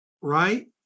right